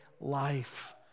life